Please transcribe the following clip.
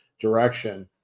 direction